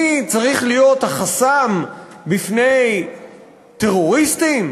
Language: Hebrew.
אני צריך להיות החסם בפני טרוריסטים?